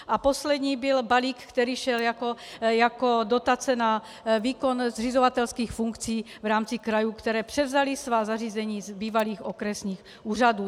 A poslední byl balík, který šel jako dotace na výkon zřizovatelských funkcí v rámci krajů, které převzaly svá zařízení z bývalých okresních úřadů.